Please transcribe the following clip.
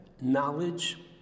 knowledge